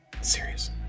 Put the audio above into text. Serious